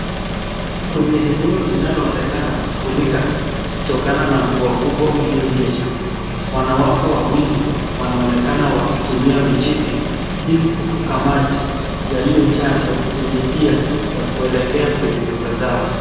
Kwenye eneo linalo onekana kufurika, kutokana na mvua kubwa ulionyesha wanawake wawili wanaonekana wakitumia vijiti, ilikuvuka maji yaliojazwa kwenye njia ya kuolekea kwenye nyumba zao.